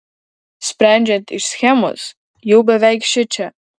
sprendžiant iš schemos jau beveik šičia